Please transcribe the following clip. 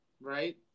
right